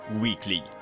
weekly